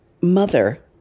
mother